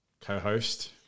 co-host